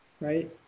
Right